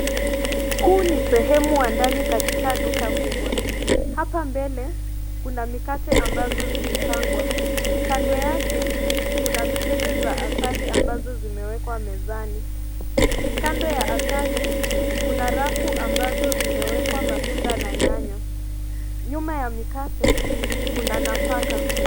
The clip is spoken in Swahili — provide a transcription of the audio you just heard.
Huu ni sehemu wa ndani katika duka kubwa. Hapa mbele, kuna mikate ambazo zimepangwa. Kando yake, kuna mikebe za asali ambazo zimewekwa mezani. Kando ya asali, kuna rafu ambazo zimewekwa matunda na nyanya. Nyuma ya mikate, kuna nafaka.